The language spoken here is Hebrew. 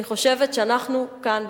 אני חושבת שאנחנו כאן,